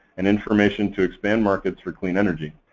and information to expand markets for clean energy.